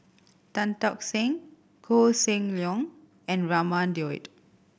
Tan Tock Seng Koh Seng Leong and Raman Daud